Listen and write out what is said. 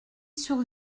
sur